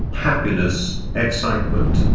happiness, excitement,